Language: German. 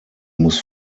muss